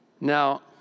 Now